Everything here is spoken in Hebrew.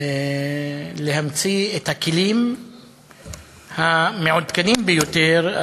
להמציא את הכלים המעודכנים ביותר,